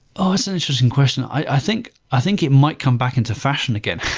oh, it's an interesting question. i think i think it might come back into fashion again.